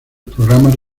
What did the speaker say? programas